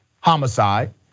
homicide